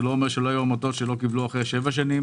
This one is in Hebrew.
זה לא אומר שלא היו עמותות שלא קיבלו אחרי 7 שנים.